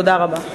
תודה רבה.